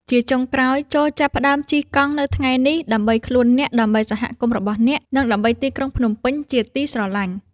ជាចុងក្រោយ ចូរចាប់ផ្ដើមជិះកង់នៅថ្ងៃនេះ ដើម្បីខ្លួនអ្នក ដើម្បីសហគមន៍របស់អ្នក និងដើម្បីទីក្រុងភ្នំពេញជាទីស្រឡាញ់។